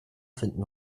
finden